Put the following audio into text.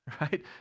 right